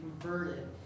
converted